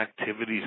Activities